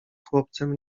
chłopcem